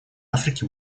африке